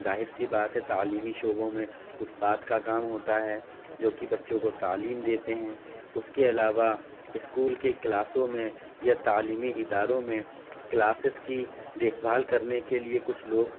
ظاہر سی بات ہے تعلیمی شعبوں میں استاد کا کام ہوتا ہے جو کہ بچوں کو تعلیم دیتے ہیں اس کے علاوہ اسکول کے کلاسوں میں یا تعلیمی اداروں میں کلاسز کی دیکھ بھال کرنے کے لیے کچھ لوگ